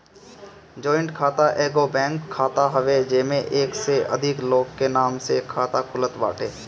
joint खाता एगो bank खाता हवे जेमे एक से अधिका लोग के नाम से खाता खुलत बाटे